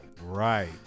Right